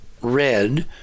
red